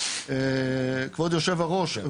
כבוד יושב הראש,